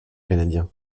canadien